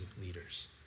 leaders